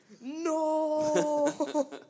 No